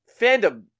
fandom